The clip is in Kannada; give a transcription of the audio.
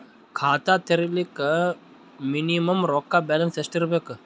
ಖಾತಾ ತೇರಿಲಿಕ ಮಿನಿಮಮ ರೊಕ್ಕ ಬ್ಯಾಲೆನ್ಸ್ ಎಷ್ಟ ಇರಬೇಕು?